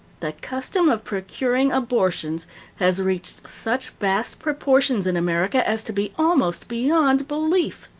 the custom of procuring abortions has reached such vast proportions in america as to be almost beyond belief.